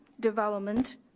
development